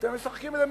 ואתם משחקים את המשחק,